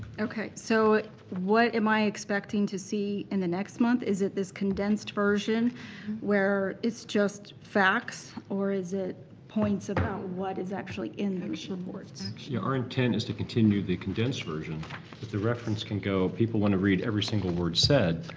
okay so what am i expecting to see in the next month? is it this condensed version where it's just facts or is it points about what is actually in these reports? yeah, our intent is to continue the condensed version. but the reference can go, if people want to read every single word said,